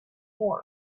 war